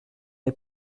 les